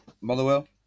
Motherwell